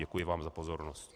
Děkuji vám za pozornost.